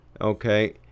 Okay